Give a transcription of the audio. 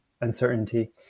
uncertainty